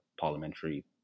parliamentary